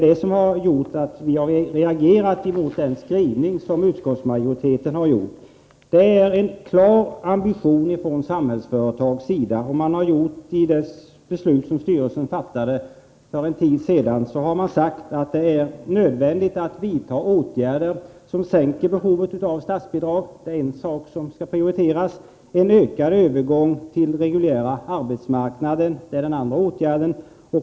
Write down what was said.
Detta har gjort att vi har reagerat mot utskottsmajoritetens skrivning. Samhällsföretag har en klar ambition. I det beslut som styrelsen fattade för en tid sedan sägs att det är nödvändigt att vidta åtgärder, som sänker behovet av statsbidrag. Det är det första som skall prioriteras. En ökad övergång till reguljära arbetsmarknader är den andra åtgärden.